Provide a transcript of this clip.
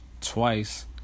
twice